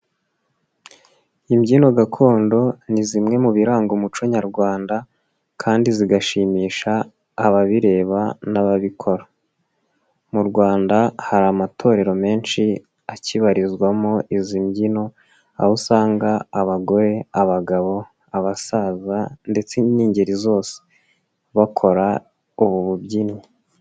Imbyino gakondo ni zimwe mu biranga umuco nyarwanda kandi zigashimisha ababireba n'ababikora, mu Rwanda hari amatorero menshi akibarizwamo izi mbyino aho usanga abagore, abagabo, abasaza ndetse n'ingeri zose bakora ubu bubyinnyi.